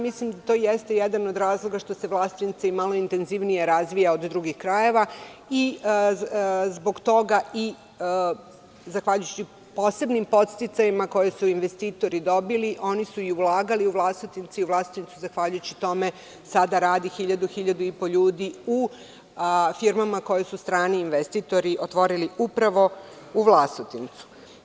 Mislim da to jeste jedan od razloga što se Vlasotince malo intenzivnije razvija od drugih krajeva i zbog toga, odnosno zahvaljujući posebnim podsticajima koje su investitori dobili, oni su i ulagali u Vlasotince i u Vlasotincu zahvaljujući tome sada radi 1.000 ili 1.500 ljudi u firmama koje su strani investitori otvorili upravo u Vlasotincu.